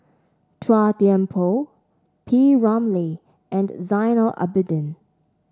Chua Thian Poh P Ramlee and Zainal Abidin